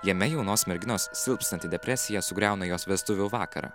jame jaunos merginos silpstanti depresija sugriauna jos vestuvių vakarą